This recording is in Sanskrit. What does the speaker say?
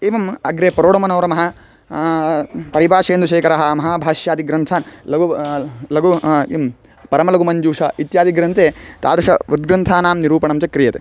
एवम् अग्रे प्रौढमनोरमा परिभाषेन्द्रुशेखरः महाभाष्यादिग्रन्थान् लघु लघु किं परमलघुमञ्जूषा इत्यादिग्रन्थे तादृश उद्ग्रन्थानां निरूपणं च क्रियते